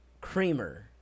creamer